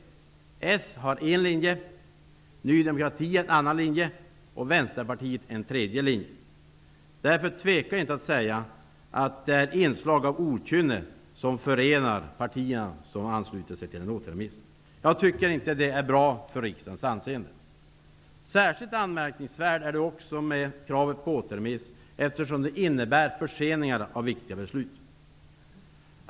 Socialdemokraterna har en linje, Ny demokrati har en annan linje och Vänsterpartiet har en tredje linje. Därför tvekar jag inte att säga att det är ett inslag av okynne som förenar de partier som ansluter sig till en återremiss. Jag tycker inte att det är bra för riksdagens anseende. Särskilt anmärkningsvärt är kravet på återremiss, eftersom det innebär förseningar av viktiga beslut.